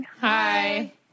Hi